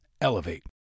Elevate